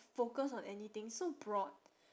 focused on anything so broad